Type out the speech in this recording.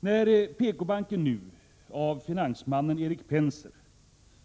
När PKbanken nu av finansmannen Erik Penser